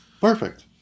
Perfect